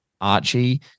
Archie